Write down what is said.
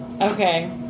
Okay